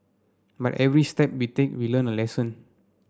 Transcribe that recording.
but every step we take we learn a lesson